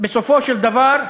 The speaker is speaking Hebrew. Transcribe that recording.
בסופו של דבר,